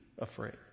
afraid